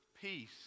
peace